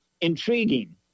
intriguing